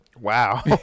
Wow